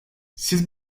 siz